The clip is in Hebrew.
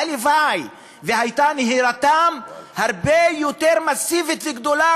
הלוואי שהייתה נהירתם הרבה יותר מסיבית וגדולה